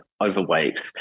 overweight